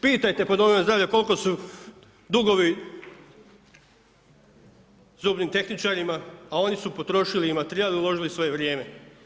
Pitajte po domovima zdravlja koliko su dugovi, zubnima tehničarima, a oni su potrošili i materijal i uložili svoje vrijeme.